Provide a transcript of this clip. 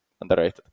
underrated